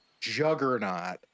juggernaut